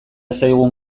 zaigun